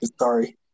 Sorry